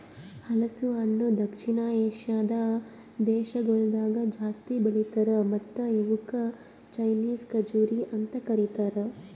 ಹಲಸು ಹಣ್ಣ ದಕ್ಷಿಣ ಏಷ್ಯಾದ್ ದೇಶಗೊಳ್ದಾಗ್ ಜಾಸ್ತಿ ಬೆಳಿತಾರ್ ಮತ್ತ ಇವುಕ್ ಚೈನೀಸ್ ಖಜುರಿ ಅಂತ್ ಕರಿತಾರ್